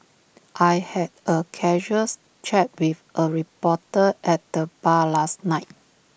I had A casuals chat with A reporter at the bar last night